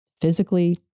physically